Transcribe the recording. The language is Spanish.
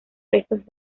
restos